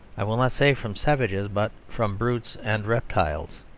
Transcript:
i will not say from savages, but from brutes and reptiles.